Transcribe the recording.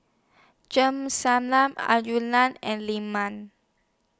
and